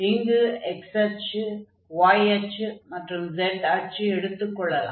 இங்கு x அச்சு y அச்சு மற்றும் z அச்சு எடுத்துக் கொள்ளலாம்